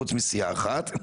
חוץ מסיעה אחת.